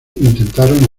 intentaron